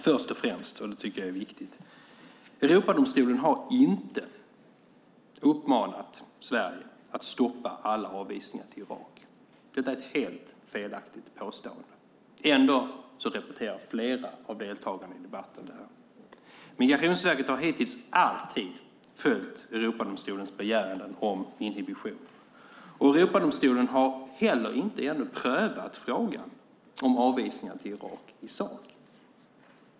Först och främst - och det här tycker jag är viktigt - har Europadomstolen inte uppmanat Sverige att stoppa alla avvisningar till Irak. Detta är ett helt felaktigt påstående. Ändå repeterar flera av deltagarna i debatten det här. Migrationsverket har hittills alltid följt Europadomstolens begäran om inhibition. Europadomstolen har heller inte ännu prövat frågan om avvisningar till Irak i sak.